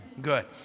Good